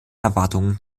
erwartungen